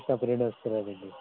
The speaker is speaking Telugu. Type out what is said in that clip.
నా ఫ్రెండ్ వస్తున్నాడండీ